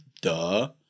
Duh